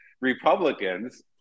Republicans